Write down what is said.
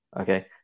okay